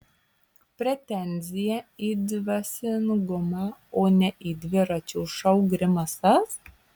pretenzija į dvasingumą o ne į dviračio šou grimasas